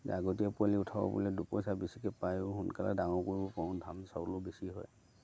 যে আগতীয়া পোৱালি উঠাব বোলে দুপইচা বেছিকৈ পায়ো সোনকালে ডাঙৰ কৰিব পাৰোঁ ধান চাউলো বেছি হয়